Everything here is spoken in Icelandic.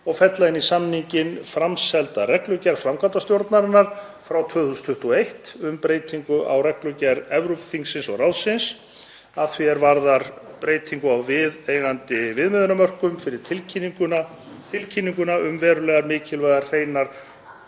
og fella inn í samninginn framselda reglugerð framkvæmdastjórnarinnar frá 2021 um breytingu á reglugerð Evrópuþingsins og ráðsins að því er varðar breytingu á viðeigandi viðmiðunarmörkum fyrir tilkynninguna um verulegar mikilvægar hreinar